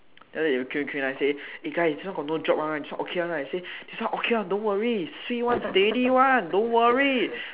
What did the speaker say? then after that eh guys this one got no drop [one] right this one okay [one] right this one swee [one] steady [one] don't worry